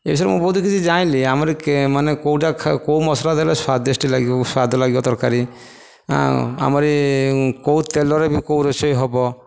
ଏ ବିଷୟରେ ମୁଁ ବହୁତ କିଛି ଜାଣିଲି ଆମର ମାନେ କେଉଁଟା କେଉଁ ମସଲା ଦେଲେ ସ୍ୱଦିଷ୍ଟ ଲାଗିବ ସ୍ୱାଦ ଲାଗିବ ତରକାରୀ ଆମର ଏ କେଉଁ ତେଲରେ ବି କେଉଁ ରୋଷେଇ ହେବ